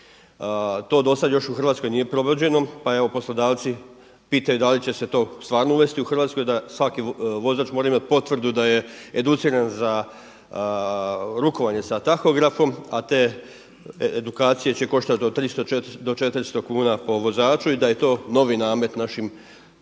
To do sad još u Hrvatskoj nije provođeno, pa evo poslodavci pitaju da li će se to stvarno uvesti u Hrvatskoj, da svaki vozač mora imati potvrdu da je educiran za rukovanje sa tahografom, a te edukacije će koštati od 300, 400 kuna po vozaču i da je to novi namet našim